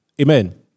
Amen